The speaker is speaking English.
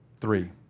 Three